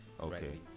Okay